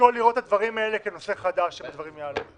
תשקול לראות את הדברים האלה כנושא חדש אם הדברים יעלו.